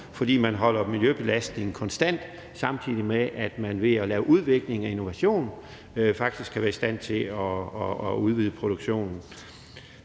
fordi man holder miljøbelastningen konstant, samtidig med at man ved at lave udvikling og innovation faktisk kan være i stand til at udvide produktionen.